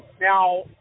Now